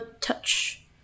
Touch